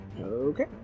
Okay